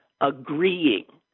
agreeing